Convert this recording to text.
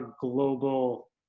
global